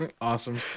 Awesome